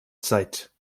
zeit